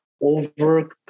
over